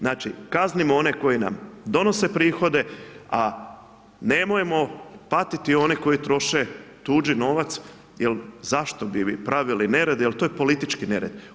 Znači kaznimo one koji nam donose prihode, a nemojmo patiti one koji troše tuđi novac, jer zašto bi vi pravili nered, jer to je politički nered.